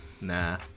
Nah